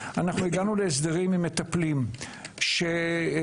הגענו להסדרים עם מטפלים שיקבלו.